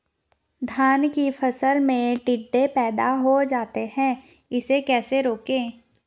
धान की फसल में टिड्डे पैदा हो जाते हैं इसे कैसे रोकें?